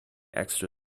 extra